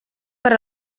per